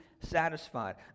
satisfied